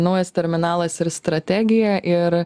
naujas terminalas ir strategija ir